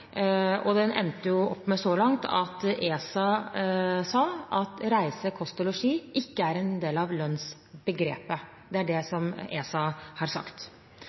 og den endte – så langt – med at ESA sa at reise, kost og losji ikke er en del av lønnsbegrepet. Det er det ESA har sagt.